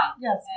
Yes